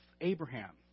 Abraham